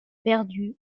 perdu